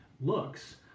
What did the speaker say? looks